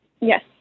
Yes